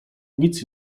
nic